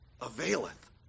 availeth